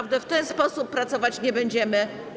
W ten sposób pracować nie będziemy.